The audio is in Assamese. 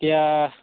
এতিয়া